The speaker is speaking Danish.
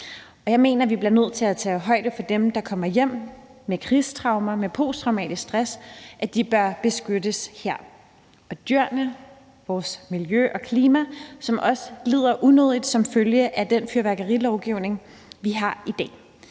Jeg mener, vi bliver nødt til at tage højde for dem, der kommer hjem med krigstraumer, med posttraumatisk stress, for de bør beskyttes. Det gælder også dyrene, vores miljø og klima, som også lider unødigt som følge af den fyrværkerilovgivning, vi har i dag.